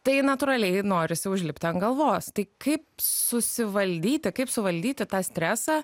tai natūraliai norisi užlipti ant galvos tai kaip susivaldyti kaip suvaldyti tą stresą